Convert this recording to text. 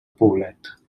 poblet